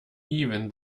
even